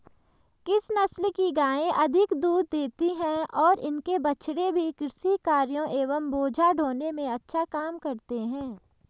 किस नस्ल की गायें अधिक दूध देती हैं और इनके बछड़े भी कृषि कार्यों एवं बोझा ढोने में अच्छा काम करते हैं?